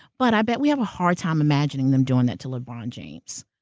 but i bet we have a hard time imagining them doing that to lebron james.